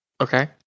Okay